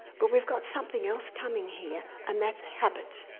but we've got something else coming here, and that's habit.